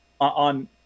on